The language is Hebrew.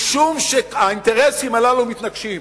משום שהאינטרסים הללו מתנגשים.